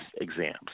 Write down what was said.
exams